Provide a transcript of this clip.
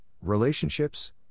relationships